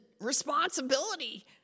responsibility